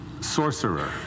sorcerer